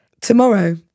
Tomorrow